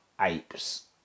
apes